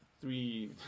three